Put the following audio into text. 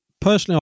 personally